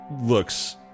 looks